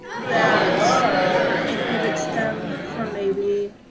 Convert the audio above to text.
that inhibits them from maybe,